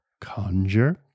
conjure